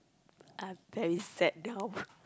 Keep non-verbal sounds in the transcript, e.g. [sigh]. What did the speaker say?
I'm very sad now [breath]